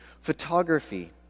photography